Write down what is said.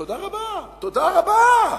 תודה רבה.